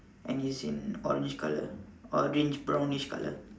and it's in orange colour orange brownish colour